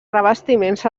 revestiments